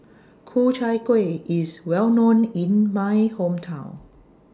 Ku Chai Kuih IS Well known in My Hometown